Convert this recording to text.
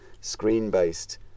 screen-based